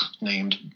named